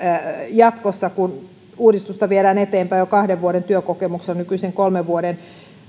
jatkossa kun uudistusta viedään eteenpäin jo kahden vuoden työkokemuksella nykyisen kolmen vuoden